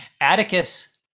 Atticus